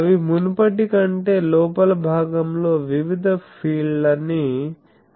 అవి మునుపటి కంటే లోపల భాగం లో వివిధ ఫీల్డ్లని రేడియేట్ చేస్తాయి